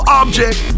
object